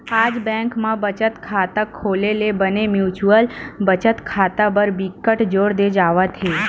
आज बेंक म बचत खाता खोले ले बने म्युचुअल बचत खाता बर बिकट जोर दे जावत हे